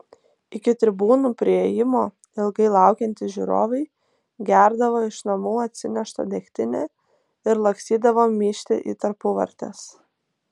iki tribūnų priėjimo ilgai laukiantys žiūrovai gerdavo iš namų atsineštą degtinę ir lakstydavo myžti į tarpuvartes